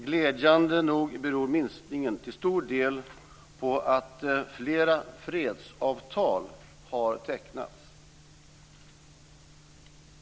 Glädjande nog beror minskningen till stor del på att flera fredsavtal har tecknats.